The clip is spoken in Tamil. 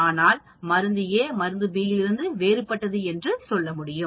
ஆனால் மருந்து A மருந்து B இலிருந்து வேறுபட்டது என்று சொல்ல முடியும்